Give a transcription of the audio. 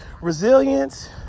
resilience